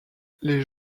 les